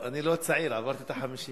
אני לא צעיר, עברתי את ה-50.